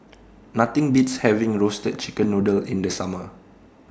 Nothing Beats having Roasted Chicken Noodle in The Summer